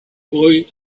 boy